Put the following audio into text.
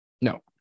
No